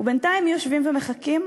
ובינתיים מי יושבים ומחכים?